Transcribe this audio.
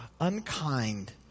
unkind